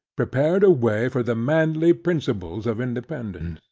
prepared a way for the manly principles of independance.